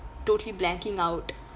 totally blanking out